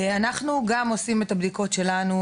אנחנו גם עושים את הבדיקות שלנו